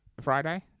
friday